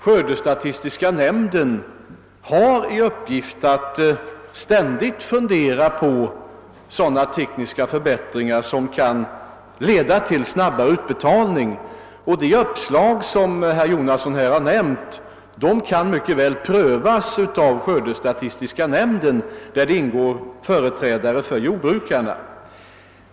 Skördestatistiska nämnden har i uppgift att ständigt fundera över sådana tekniska förbättringar som kan leda till snabbare utbetalning. De uppslag som herr Jonasson nämnde kan mycket väl prövas av skördestatistiska nämnden i vilken ingår även företrädare för jordbrukarna.